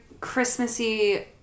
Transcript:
Christmassy